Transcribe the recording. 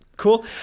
cool